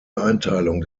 einteilung